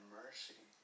mercy